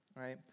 right